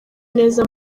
neza